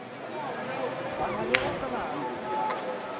ᱵᱟᱝ ᱟᱸᱡᱚᱢᱚᱜ ᱠᱟᱱᱟ